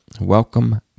welcome